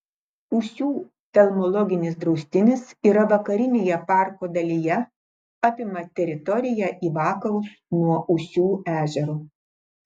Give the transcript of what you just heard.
ūsių telmologinis draustinis yra vakarinėje parko dalyje apima teritoriją į vakarus nuo ūsių ežero